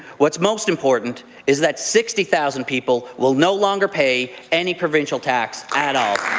what's most important is that sixty thousand people will no longer pay any provincial tax at all.